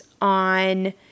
on